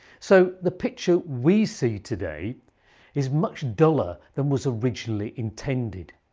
so, the picture we see today is much duller than was originally intended.